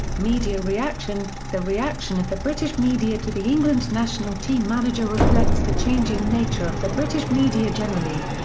media reaction the reaction of the british media to the england national team manager reflects the changing nature of the british media generally.